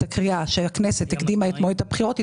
הקריאה שהכנסת הקדימה את מועד הבחירות,